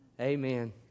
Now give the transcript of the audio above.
Amen